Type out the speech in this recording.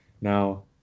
now